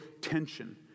tension